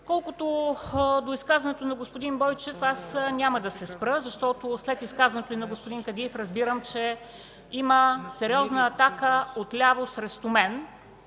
Колкото до изказването на господин Бойчев, аз няма да се спра, защото след изказването и на господин Кадиев разбирам, че има сериозна атака от ляво срещу мен.